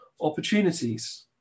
opportunities